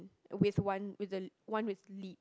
with one with the one with lid